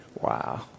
Wow